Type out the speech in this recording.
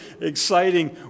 exciting